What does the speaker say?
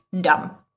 dumb